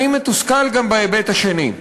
אני מתוסכל גם בהיבט השני,